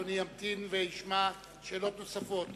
אדוני ימתין וישמע שאלות נוספות מהשואלת,